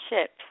Ships